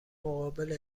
مقابل